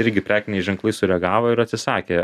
irgi prekiniai ženklai sureagavo ir atsisakė